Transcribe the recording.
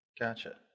Gotcha